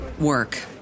work